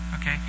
okay